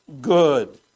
good